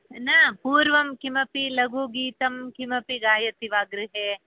न पूर्वं किमपि लघुगीतं किमपि गायति वा गृहे